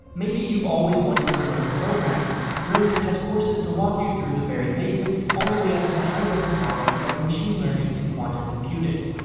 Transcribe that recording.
maybe you've always wanted to learn programming. brilliant has courses to walk you through the very basics, all the way up to the high-level topics like machine learning and quantum computing.